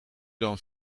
dan